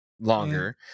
longer